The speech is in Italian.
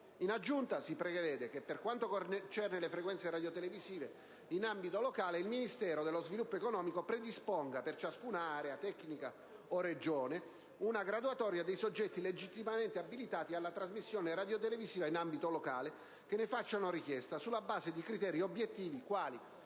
In aggiunta, si prevede che, per quanto concerne le frequenze radiotelevisive in ambito locale, il Ministero dello sviluppo economico predisponga, per ciascuna area tecnica o regione, una graduatoria dei soggetti legittimamente abilitati alla trasmissione radiotelevisiva in ambito locale che ne facciano richiesta, sulla base di criteri obiettivi, quali